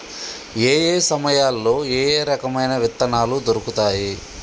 ఏయే సమయాల్లో ఏయే రకమైన విత్తనాలు దొరుకుతాయి?